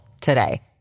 today